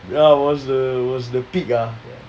ya was the was the peak ah